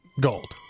gold